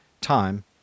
time